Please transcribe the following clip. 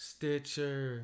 Stitcher